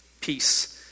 Peace